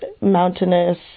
mountainous